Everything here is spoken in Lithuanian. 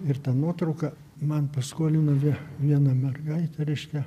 ir tą nuotrauką man paskolino vie viena mergaitė reiškia